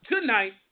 Tonight